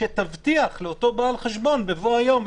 שתבטיח לאותו בעל החשבון בבוא היום,